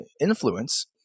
influence